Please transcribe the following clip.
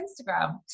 Instagram